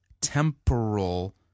temporal